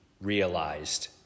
realized